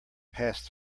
passed